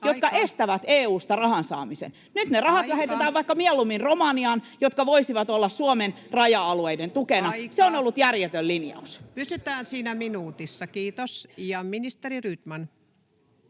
jotka estävät EU:sta rahan saamisen? Nyt ne rahat [Puhemies: Aika!] lähetetään mieluummin vaikka Romaniaan, jotka voisivat olla Suomen raja-alueiden tukena. [Puhemies: Aika!] Se on ollut järjetön linjaus. Pysytään siinä minuutissa, kiitos. — Ministeri Rydman.